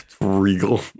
regal